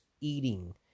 eating